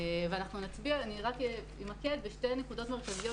אני רק אמקד בשתי נקודות מרכזיות,